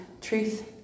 truth